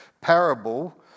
parable